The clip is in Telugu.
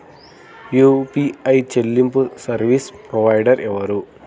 యూ.పీ.ఐ చెల్లింపు సర్వీసు ప్రొవైడర్ ఎవరు?